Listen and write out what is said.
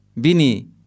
Bini